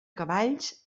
cavalls